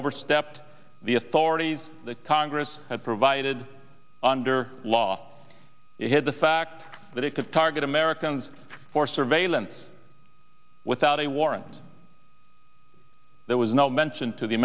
overstepped the authorities that congress had provided under law it had the fact that it could target americans for surveillance without a warrant there was no mention to the